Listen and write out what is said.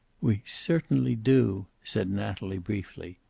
we certainly do, said natalie briefly.